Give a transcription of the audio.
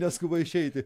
neskuba išeiti